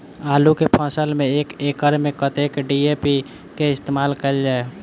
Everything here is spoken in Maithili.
आलु केँ फसल मे एक एकड़ मे कतेक डी.ए.पी केँ इस्तेमाल कैल जाए?